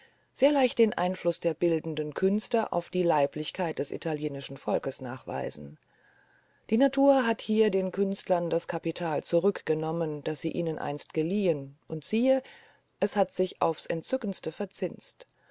sehr leicht den einfluß der bildenden künste auf die leiblichkeit des italienischen volkes nachweisen die natur hat hier den künstlern das kapital zurückgenommen das sie ihnen einst geliehen und siehe es hat sich aufs entzückendste verzinst